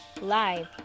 live